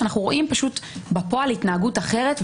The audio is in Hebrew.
שאנחנו אנחנו רואים בפועל התנהגות אחרת,